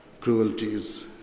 cruelties